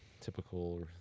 Typical